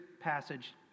passage